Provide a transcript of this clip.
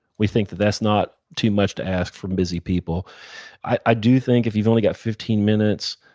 we think that that's not too much to ask from busy people i do think if you've only got fifteen minutes,